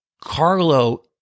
carlo